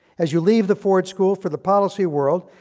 as you leave the ford school for the policy world,